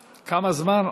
פולקמן,